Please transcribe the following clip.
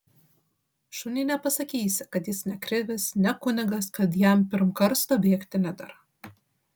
šuniui nepasakysi kad jis ne krivis ne kunigas kad jam pirm karsto bėgti nedera